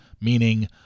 meaning